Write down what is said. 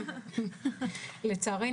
לצערנו,